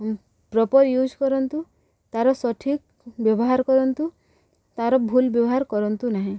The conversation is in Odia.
ପ୍ରପର ୟୁଜ୍ କରନ୍ତୁ ତାର ସଠିକ୍ ବ୍ୟବହାର କରନ୍ତୁ ତାର ଭୁଲ ବ୍ୟବହାର କରନ୍ତୁ ନାହିଁ